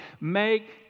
Make